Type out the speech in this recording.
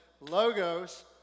logos